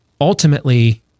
ultimately